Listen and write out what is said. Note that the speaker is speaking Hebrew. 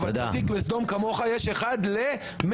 אבל צדיק בסדום כמוך יש אחד ל-100,000.